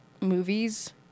movies